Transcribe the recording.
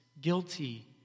guilty